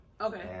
Okay